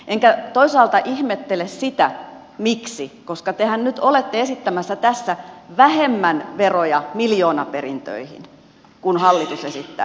enkä toisaalta ihmettele sitä miksi koska tehän nyt olette esittämässä tässä vähemmän veroja miljoonaperintöihin kuin hallitus esittää